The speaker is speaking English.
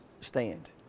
stand